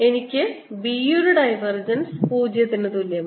എനിക്ക് B യുടെ divergence 0 ന് തുല്യമാണ്